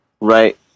right